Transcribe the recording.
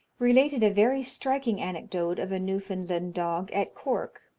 related a very striking anecdote of a newfoundland dog at cork.